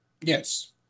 yes